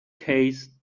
case